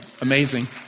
amazing